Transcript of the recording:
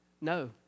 no